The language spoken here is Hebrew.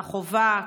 חובה,